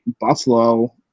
Buffalo